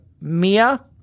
Mia